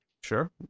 sure